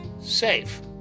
safe